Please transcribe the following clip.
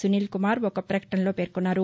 సునీల్కుమార్ ఒక ప్రకటనలో పేర్సొన్నారు